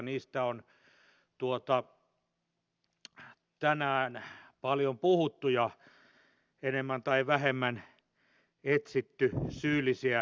niistä on tänään paljon puhuttu ja enemmän tai vähemmän etsitty syyllisiä menneistä hallituksista